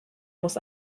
muss